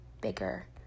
bigger